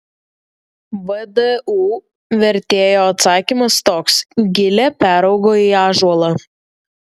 vdu vertėjo atsakymas toks gilė peraugo į ąžuolą